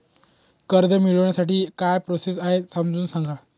कर्ज मिळविण्यासाठी काय प्रोसेस आहे समजावून सांगा